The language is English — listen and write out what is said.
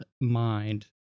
mind